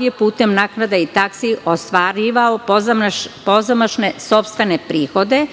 je putem naknada i taksi ostvarivao pozamašne sopstvene prihode